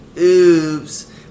Oops